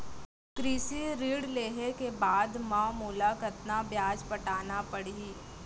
कृषि ऋण लेहे के बाद म मोला कतना ब्याज पटाना पड़ही?